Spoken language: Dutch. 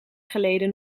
geleden